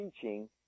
teaching